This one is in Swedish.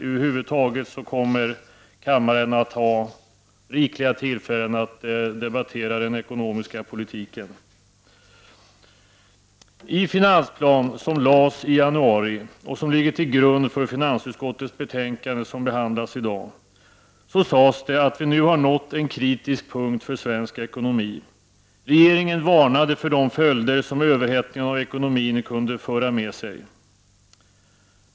Över huvud taget kommer kammaren att ha rikliga tillfällen att debattera den ekonomiska politiken. I finansplanen som lades fram i januari och som ligger till grund för det betänkande från finansutskottet som vi behandlar i dag, sades det att vi nu har nått en kritisk punkt för svensk ekonomi. Regeringen varnade för de följder som en överhettning av ekonomin kunde föra med sig.